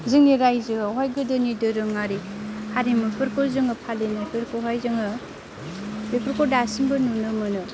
जोंनि रायजोआवहाय गोदोनि दोरोङारि हारिमुफोरखौ फालिनायफोरखौहाय जोङो बेफोरखौ दासिमबो नुनो मोनो